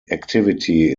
activity